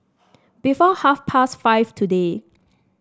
before half past five today